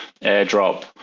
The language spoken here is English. airdrop